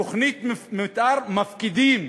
תוכנית מתאר מפקידים.